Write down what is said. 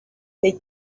they